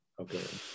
okay